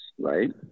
right